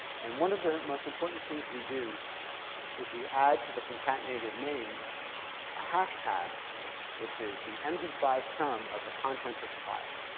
and one of the most important things we do is we add to the concatenated name a hashtag which is the m d five of the content of the file.